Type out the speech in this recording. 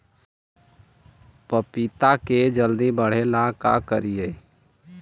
पपिता के जल्दी बढ़े ल का करिअई?